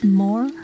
more